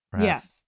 Yes